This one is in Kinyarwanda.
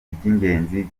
iby’ingenzi